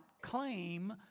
claim